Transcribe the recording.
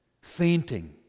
Fainting